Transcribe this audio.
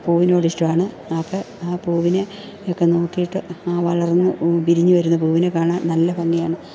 പൂവിനോട് ഇഷ്ടമാണ് അപ്പോൾ ആ പൂവിനേ ഒക്കെ നോക്കിയിട്ട് വളർന്ന് വിരിഞ്ഞു വരുന്ന പൂവിനേക്കാണാൻ നല്ല ഭംഗിയാണ്